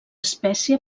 espècie